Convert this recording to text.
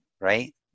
right